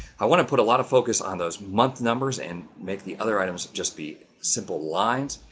i want to put a lot of focus on those month numbers and make the other items just be simple lines.